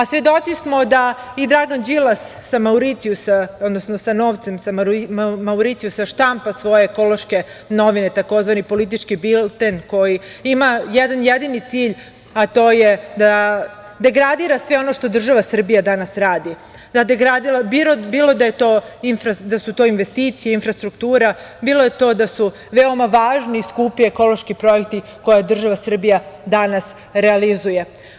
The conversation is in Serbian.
Svedoci smo da i Dragan Đilas sa novcem sa Mauricijusa štampa svoje ekološke novine, tzv. „Politički bilten“ koji ima jedan jedini cilj, a to je da degradira sve ono što država Srbija danas radi, da degradira bilo da su to investicije, infrastruktura, bilo da su veoma važni i skupi ekološki projekti koje država Srbija danas realizuje.